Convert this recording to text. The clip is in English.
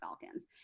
Falcons